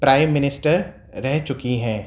prime minister رہ چکی ہیں